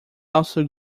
also